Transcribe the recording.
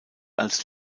als